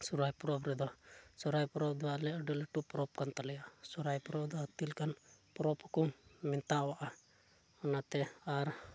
ᱥᱚᱦᱚᱨᱟᱭ ᱯᱚᱨᱚᱵᱽ ᱨᱮᱫᱚ ᱥᱚᱦᱚᱨᱟᱭ ᱯᱚᱨᱚᱵᱽ ᱫᱚ ᱟᱞᱮᱭᱟᱜ ᱟᱹᱰᱤ ᱞᱟᱹᱴᱩ ᱯᱚᱨᱚᱵᱽ ᱠᱟᱱ ᱛᱟᱞᱮᱭᱟ ᱥᱚᱦᱚᱨᱟᱭ ᱯᱚᱨᱚᱵᱽ ᱫᱚ ᱦᱟᱹᱛᱤ ᱞᱮᱠᱟᱱ ᱯᱚᱨᱚᱵᱽ ᱠᱚ ᱢᱮᱛᱟᱣᱟᱜᱼᱟ ᱚᱱᱟᱛᱮ ᱟᱨ